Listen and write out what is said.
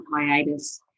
hiatus